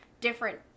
different